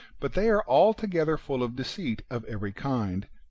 but they are altogether full of deceit of every kind,